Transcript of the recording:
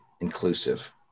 inclusive